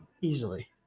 easily